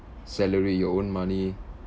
salary your own money